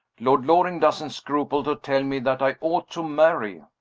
lord loring doesn't scruple to tell me that i ought to marry.